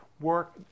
work